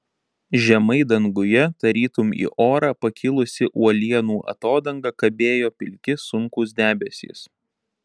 žemai danguje tarytum į orą pakilusi uolienų atodanga kabėjo pilki sunkūs debesys